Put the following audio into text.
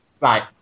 Right